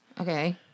Okay